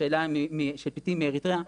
השאלה של פליטים מאריתריאה,